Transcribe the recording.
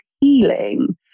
healing